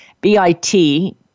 B-I-T